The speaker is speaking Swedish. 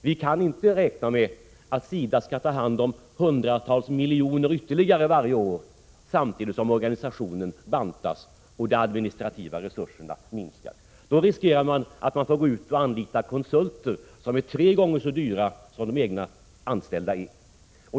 Vi kan inte räkna med att SIDA skall ta hand om hundratals miljoner ytterligare varje år samtidigt som organisationen bantas och de administrativa resurserna minskas. Då riskerar man att man får anlita konsulter som är tre gånger så dyra som de egna anställda.